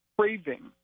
Craving